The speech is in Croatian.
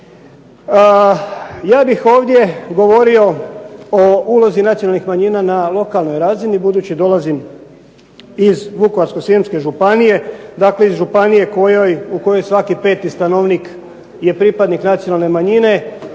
Ja bih ovdje govorio o ulozi nacionalnih manjina na lokalnoj razini, budući da dolazim iz Vukovarsko-srijemske županije, dakle iz županije u kojoj je svaki 5. stanovnik je pripadnik nacionalne manjine